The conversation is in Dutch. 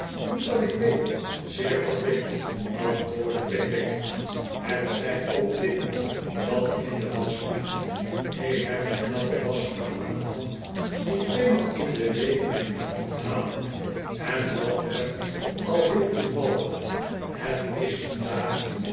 niet dat ik weet zeer verplicht antwoordde pickwick hebt gij ook linnen dat in de wasch moet ik heb een knappe waschvrouw aan de hand die tweemaal in de week mijn goed komt halen en dat treft al heel toevallig het is vandaag